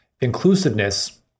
inclusiveness